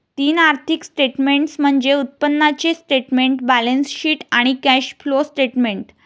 तीन आर्थिक स्टेटमेंट्स म्हणजे उत्पन्नाचे स्टेटमेंट, बॅलन्सशीट आणि कॅश फ्लो स्टेटमेंट